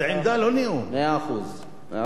לא נאום, אבל